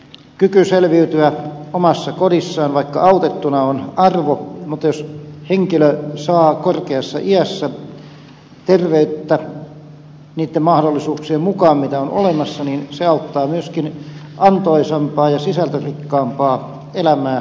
kyky selviytyä omassa kodissaan vaikka autettuna on arvo mutta jos henkilö saa korkeassa iässä terveyttä niitten mahdollisuuksien mukaan joita on olemassa se auttaa myöskin antoisampaan ja sisältörikkaampaan elämään laitoksessa